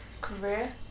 career